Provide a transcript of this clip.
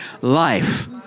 life